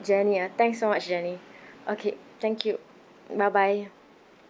jenny ah thanks so much jenny okay thank you bye bye